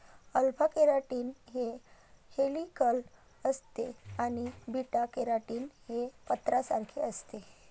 alpha keratin हे helical असते आणि बीटा केराटीन हे पत्र्यासारखे असते